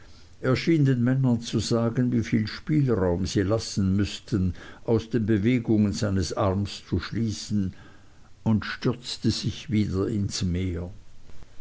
den männern zu sagen wieviel spielraum sie lassen müßten aus den bewegungen seines arms zu schließen und stürzte sich wieder ins meer